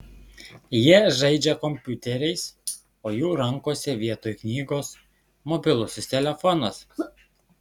jie žaidžia kompiuteriais o jų rankose vietoj knygos mobilusis telefonas